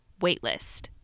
waitlist